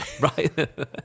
Right